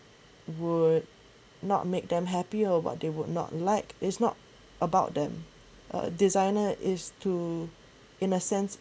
would not make them happy or what they would not like is not about them a designer is to in a sense